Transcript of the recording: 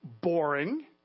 boring